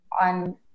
on